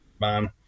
man